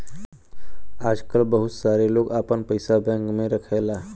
आजकल बहुत सारे लोग आपन पइसा बैंक में रखला